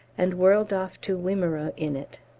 and whirled off to wimereux in it.